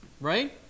right